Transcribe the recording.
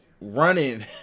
running